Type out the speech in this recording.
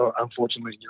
unfortunately